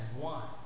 one